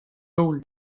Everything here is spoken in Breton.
daol